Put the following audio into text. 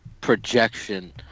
projection